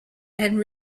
and